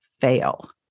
fail